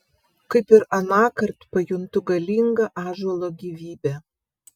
kaip ir anąkart pajuntu galingą ąžuolo gyvybę